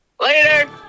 Later